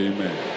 Amen